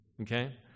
okay